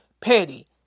petty